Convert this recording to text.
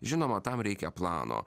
žinoma tam reikia plano